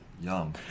yum